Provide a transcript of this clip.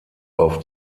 auf